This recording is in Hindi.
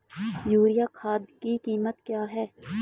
यूरिया खाद की कीमत क्या है?